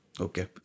Okay